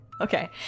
Okay